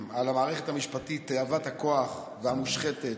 על המערכת המשפטית תאבת הכוח והמושחתת,